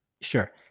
Sure